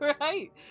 Right